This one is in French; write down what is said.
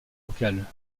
locale